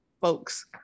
folks